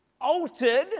altered